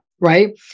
right